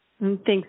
Thanks